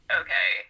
okay